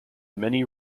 many